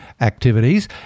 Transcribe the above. activities